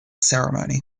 ceremony